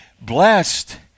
blessed